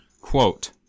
Quote